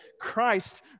Christ